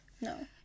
no